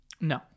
No